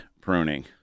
pruning